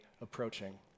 approaching